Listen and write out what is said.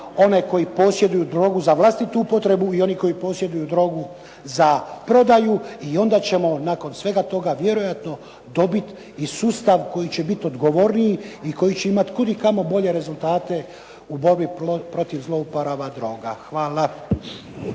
one koji posjeduju drogu za vlastitu upotrebu i oni koji posjeduju drogu za prodaju, i onda ćemo nakon svega toga vjerojatno dobiti i sustav koji će biti odgovorniji i koji će imati kudikamo bolje rezultate u borbi protiv zlouporaba droga. Hvala.